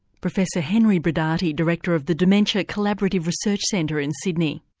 professor henry brodaty director of the dementia collaborative research centre in sydney.